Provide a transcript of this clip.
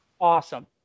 Awesome